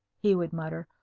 he would mutter.